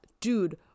dude